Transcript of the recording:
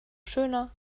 schöner